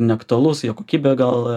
neaktualus jo kokybė gal